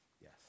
yes